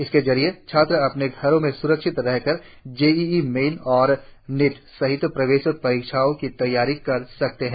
इसके जरिये छात्र अपने घरों में सुरक्षित रह कर जेईई मैन और एनईईटी सहित प्रवेश परीक्षाओं की तैयारी कर सकते हैं